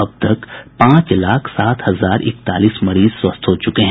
अब तक पांच लाख सात हजार इकतालीस मरीज स्वस्थ हो चुके हैं